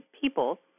people